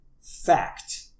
Fact